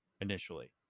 initially